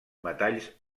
metalls